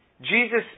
Jesus